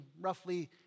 roughly